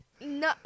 No